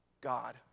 God